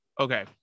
Okay